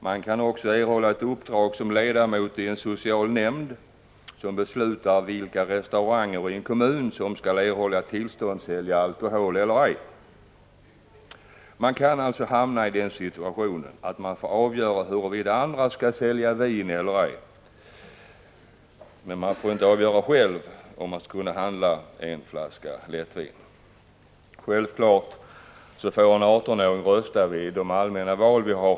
Man kan också erhålla ett uppdrag som ledamot i en social nämnd, som beslutar vilka restauranger i kommunen som skall erhålla tillstånd att sälja alkohol. Man kan alltså hamna i den situationen att man får avgöra huruvida andra skall sälja vin eller ej, trots att man inte själv får avgöra om man skall handla en flaska lättvin eller ej. Självklart får en 18-åring i Sverige rösta vid allmänna val.